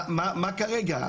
מה כרגע?